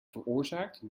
veroorzaakt